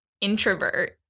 introvert